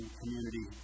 community